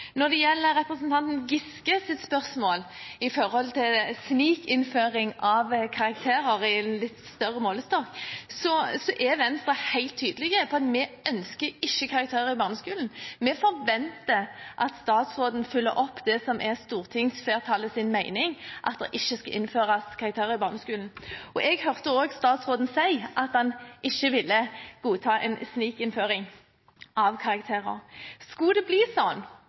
Når det gjelder representanten Giskes spørsmål om snikinnføring av karakterer i litt større målestokk, er Venstre helt tydelig på at vi ikke ønsker karakterer i barneskolen. Vi forventer at statsråden følger opp det som er stortingsflertallets mening, at det ikke skal innføres karakterer i barneskolen. Jeg hørte også statsråden si at man ikke ville godta en snikinnføring av karakterer. Skulle det bli